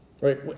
right